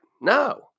No